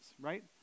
right